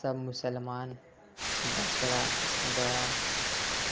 سب مسلمان بکرا بڑا